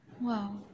wow